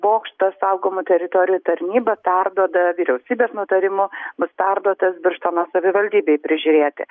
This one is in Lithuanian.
bokštą saugomų teritorijų tarnyba perduoda vyriausybės nutarimu bus perduotas birštono savivaldybei prižiūrėti